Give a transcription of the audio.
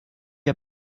ihr